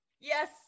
Yes